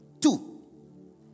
Two